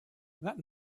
that